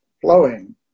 flowing